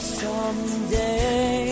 someday